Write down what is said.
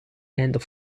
and